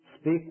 speak